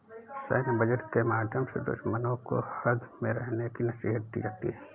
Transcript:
सैन्य बजट के माध्यम से दुश्मनों को हद में रहने की नसीहत दी जाती है